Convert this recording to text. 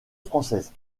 française